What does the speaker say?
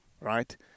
right